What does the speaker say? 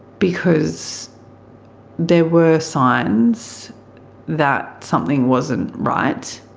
because there were signs that something wasn't right,